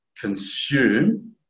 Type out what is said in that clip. consume